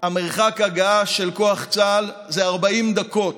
מרחק ההגעה של כוח צה"ל זה 40 דקות.